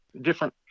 different